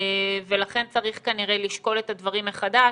ולכן צריך כנראה לשקול את הדברים מחדש,